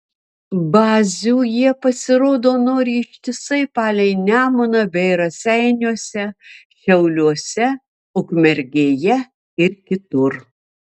bazių jie pasirodo nori ištisai palei nemuną bei raseiniuose šiauliuose ukmergėje ir kitur